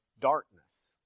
darkness